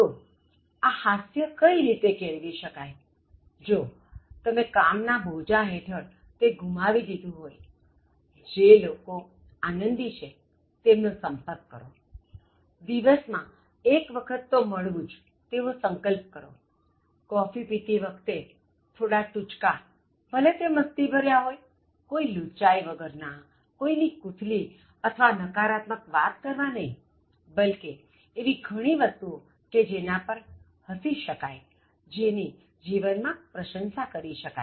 તો આ હાસ્ય કઈ રીતે કેળવી શકાય જો તમે કામ ના બોજા હેઠળ તે ગુમાવી દીધું હોય જે લોકો આનંદી છે તેમનો સંપર્ક કરો દિવસ માં એક વખત તો મળવું જ તેવો સંકલ્પ કરો કોફી પીતી વખતે થોડા ટૂચકા ભલે તે મસ્તીભર્યા હોય કોઇ લુચ્ચાઇ વગરના કોઇની કૂથલી અથવા નકારાત્મક વાત કરવા નહી બલ્કિ એવી ઘણી વસ્તુઓ કે જેના પર હસી શકાય જેની જીવનમાં પ્રશંસા કરી શકાય